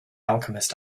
alchemist